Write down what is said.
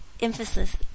Emphasis